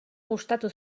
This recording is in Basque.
gustatu